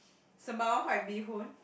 sembawang white bee-hoon